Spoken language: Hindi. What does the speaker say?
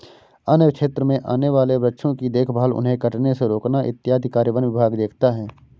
वन्य क्षेत्र में आने वाले वृक्षों की देखभाल उन्हें कटने से रोकना इत्यादि कार्य वन विभाग देखता है